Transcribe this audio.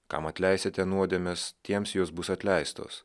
kam atleisite nuodėmes tiems jos bus atleistos